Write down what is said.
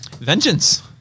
Vengeance